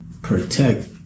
protect